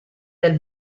del